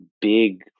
big